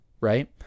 right